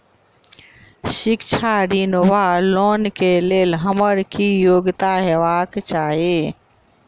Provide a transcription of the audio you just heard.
शिक्षा ऋण वा लोन केँ लेल हम्मर की योग्यता हेबाक चाहि?